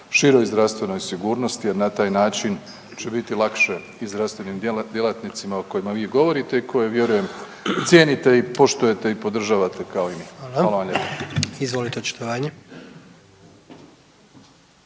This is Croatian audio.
široj zdravstvenoj sigurnosti jer na taj način će biti lakše i zdravstvenim djelatnicima o kojima vi govorite i koje vjerujem cijenite i poštujete i podržavate kao i mi. Hvala vam lijepo.